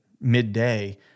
midday